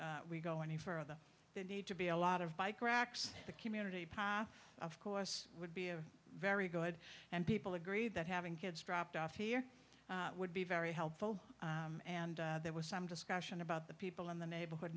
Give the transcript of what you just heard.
we go any further they need to be a lot of bike racks the community of course would be of very good and people agree that having kids dropped off here would be very helpful and there was some discussion about the people in the neighborhood